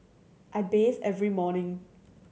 I bathe every morning